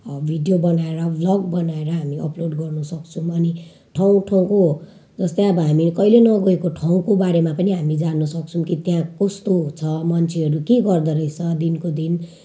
video बनाएर vlog बनाएर हामी अपलोड गर्न सक्छौँ अनि ठाउँ ठाउँको जस्तै अब हामीहरू कहिले नगएको ठाउँको बारेमा पनि हामी जान्न सक्छौँ कि त्यहाँ कस्तो छ मान्छेहरू के गर्दो रहेछ दिनको दिन